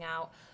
out